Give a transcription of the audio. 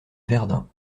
verdun